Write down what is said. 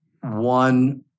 one